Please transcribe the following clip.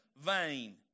vain